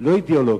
לא אידיאולוגית.